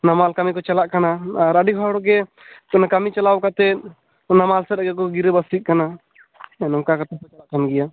ᱱᱟᱢᱟᱞ ᱠᱟᱹᱢᱤ ᱠᱚ ᱪᱟᱞᱟᱜ ᱠᱟᱱᱟ ᱟᱨ ᱟᱹᱰᱤ ᱦᱚᱲ ᱜᱮ ᱚᱱᱟ ᱠᱟᱹᱢᱤ ᱪᱟᱞᱟᱣ ᱠᱟᱛᱮᱫ ᱱᱟᱢᱟᱞ ᱥᱮᱫ ᱨᱮᱜᱮ ᱠᱚ ᱜᱤᱨᱟᱹ ᱵᱟᱹᱥᱤᱜ ᱠᱟᱱᱟ ᱱᱚᱝᱠᱟᱛᱮᱫ ᱦᱚᱸᱠᱚ ᱪᱟᱞᱟᱜ ᱠᱟᱱ ᱜᱮᱭᱟ